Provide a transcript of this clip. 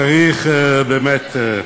צריך, באמת,